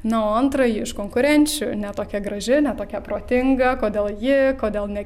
na o antrąjį iš konkurenčių ne tokia graži ne tokia protinga kodėl ji kodėl ne